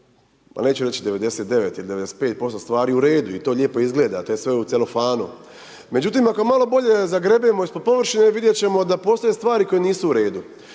pa neću reći 99 ili 95% stvari u redu, i to lijepo izgleda, i to je sve u celofanu, međutim ako malo bolje zagrebemo ispod površine, vidjet ćemo da postoje stvari koje nisu u redu.